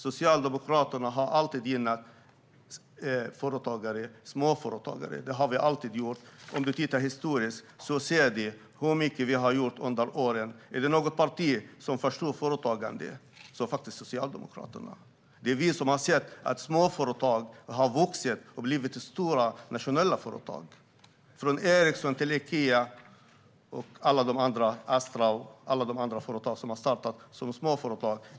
Socialdemokraterna har alltid gynnat förtagare och småföretagare. Det har vi alltid gjort. Historiskt kan man se hur mycket vi har åstadkommit under åren. Är det något parti som förstår företagande är det Socialdemokraterna. Det är vi som har gjort att småföretag har vuxit och blivit stora nationella företag. Det gäller bland annat Ericsson, Ikea och Astra som har startat som småföretag.